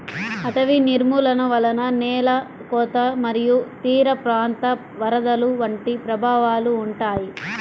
అటవీ నిర్మూలన వలన నేల కోత మరియు తీరప్రాంత వరదలు వంటి ప్రభావాలు ఉంటాయి